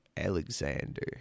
Alexander